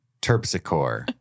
terpsichore